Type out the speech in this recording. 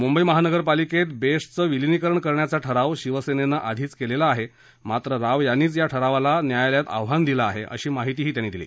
मुंबई महानगरपालिकेत बेस्टचं विलीनीकरण करण्याचा ठराव शिवसेनेनं आधीच केलेला आहे मात्र राव यांनीच या ठरावाला न्यायालयात आव्हान दिलं आहे अशी माहितीही त्यांनी दिली